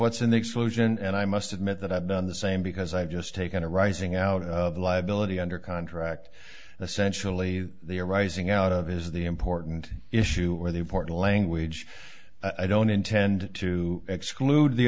what's in the explosion and i must admit that i've done the same because i've just taken arising out of liability under contract essentially arising out of is the important issue or the important language i don't intend to exclude the